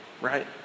Right